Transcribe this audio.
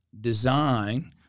design